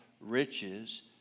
riches